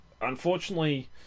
Unfortunately